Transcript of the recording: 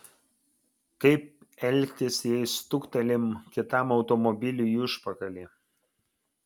kaip elgtis jei stuktelim kitam automobiliui į užpakalį